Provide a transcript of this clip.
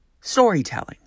storytelling